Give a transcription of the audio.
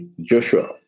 Joshua